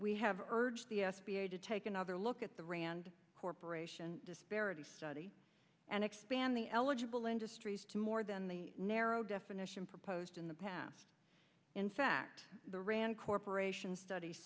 we have urged the s b a to take another look at the rand corporation disparity study and expand the eligible industries to more than the narrow definition proposed in the past in fact the rand corporation stud